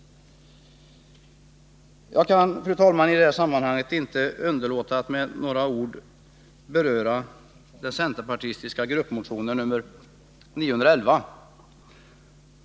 Jag kan, fru talman, i detta sammanhang inte underlåta att med några ord beröra motion nr 911, som väckts av en grupp centerpartistiska ledamöter i TU.